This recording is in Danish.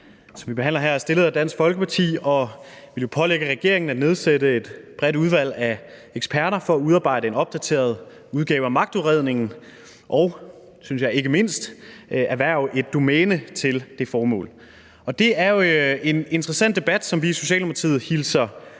som vi behandler her, er fremsat af Dansk Folkeparti, og det vil pålægge regeringen at nedsætte et bredt udvalg af eksperter for at udarbejde en opdateret udgave af magtudredningen og ikke mindst erhverve et domæne til det formål. Det er jo en interessant debat, som vi i Socialdemokratiet hilser